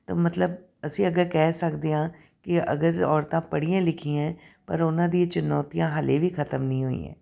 ਤਾਂ ਮਤਲਬ ਅਸੀਂ ਅਗਰ ਕਹਿ ਸਕਦੇ ਹਾਂ ਕਿ ਅਗਰ ਔਰਤਾਂ ਪੜ੍ਹੀਆਂ ਲਿਖੀਆਂ ਹੈ ਪਰ ਉਹਨਾਂ ਦੀ ਚੁਣੌਤੀਆਂ ਹਾਲੇ ਵੀ ਖਤਮ ਨਹੀਂ ਹੋਈਆਂ